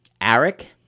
Eric